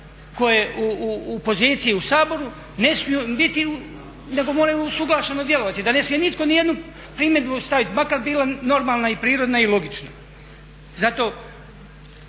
ko je u poziciji u Saboru ne smiju biti u, nego moraju usuglašeno djelovati, da ne smije nitko ni jednu primjedbu staviti makar bila normalna i prirodna i logična. Zato